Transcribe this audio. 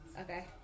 Okay